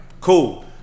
cool